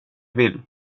vill